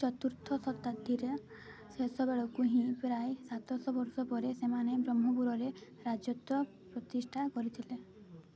ଚତୁର୍ଥ ଶତାବ୍ଦୀର ଶେଷ ବେଳକୁ ହିଁ ପ୍ରାୟ ସାତଶହ ବର୍ଷ ପରେ ସେମାନେ ବ୍ରହ୍ମପୁରରେ ରାଜତ୍ୱ ପ୍ରତିଷ୍ଠା କରିଥିଲେ